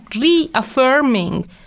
reaffirming